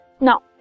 Now